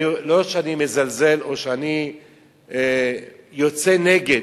לא שאני מזלזל או שאני יוצא נגד,